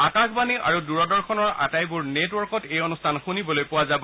আকাশবাণী আৰু দূৰদৰ্শনৰ আটাইবোৰ নেটৱৰ্কত এই অনুষ্ঠান শুনিবলৈ পোৱা যাব